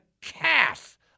calf